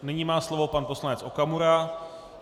Nyní má slovo pan poslanec Okamura.